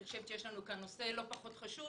אני חושבת שיש לנו כאן נושא לא פחות חשוב